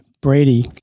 Brady